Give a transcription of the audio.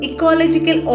Ecological